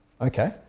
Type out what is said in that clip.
Okay